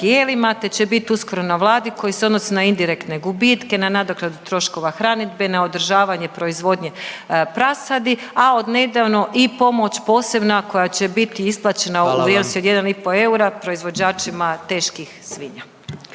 te će bit uskoro na Vladi koji se odnosi na indirektne gubitke, na nadoknadu troškova hranidbe, na održavanje proizvodnje prasadi, a od nedavno i pomoć posebna koja će biti isplaćena …/Upadica predsjednik: Hvala vam./… u vrijednosti od 1,5 eura proizvođačima teških svinja.